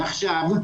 ועכשיו,